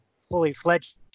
fully-fledged